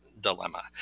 dilemma